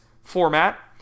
format